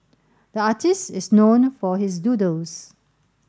the artist is known for his doodles